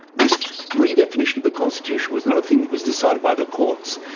this redefinition of the constitution was not a thing that was decided by the courts.